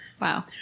Wow